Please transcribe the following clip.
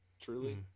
truly